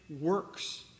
works